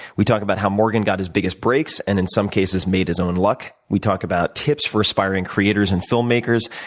we talk about how morgan got his biggest breaks and, in some cases, made his own luck. we talk about tips for aspiring creators and film makers,